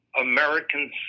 American